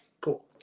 cool